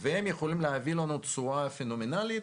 והם יכולים להביא לנו תשואה פנומנאלית,